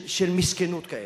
של מסכנוּת.